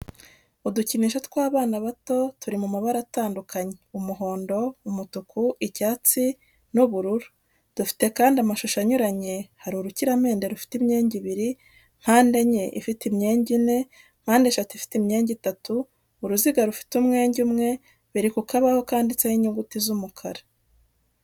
Udukinisho tw'abana bato turi mu mabara atandukanye umuhondo, umutuku, icyatsi, n'ubururu dufite kandi amashusho anyuranye hari urukiramende rufite imyenge ibiri, mpandenye ifite imyenge ine, mpandeshatu ifite imyenge itatu, uruziga rufite umwenge umwe, biri ku kabaho kanditseho inyuguti z'umukara.